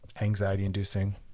anxiety-inducing